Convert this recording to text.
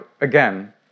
again